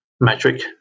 metric